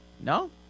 No